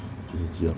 就是这样